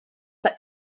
that